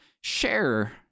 share